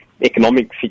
economic